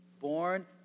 born